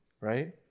right